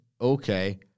okay